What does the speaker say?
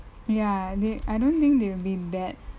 ya they I don't think they'll be that